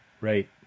right